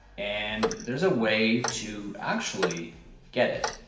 and there's a way to actually get it.